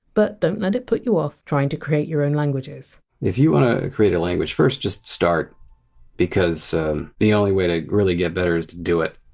but don! t let it put you off trying to create your own languages if you want to create a language first just start because the only way to really get better is to do it.